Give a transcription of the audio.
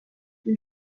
une